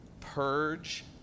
Purge